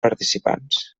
participants